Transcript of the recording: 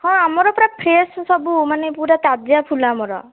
ହଁ ଆମର ପୁରା ଫ୍ରେଶ୍ ସବୁ ମାନେ ପୁରା ତାଜା ଫୁଲ ଆମର